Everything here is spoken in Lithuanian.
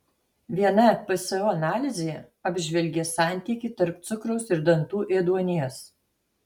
viena pso analizė apžvelgė santykį tarp cukraus ir dantų ėduonies